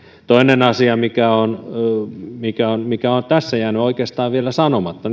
toinen asia mikä on mikä on tässä jäänyt oikeastaan vielä sanomatta